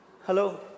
Hello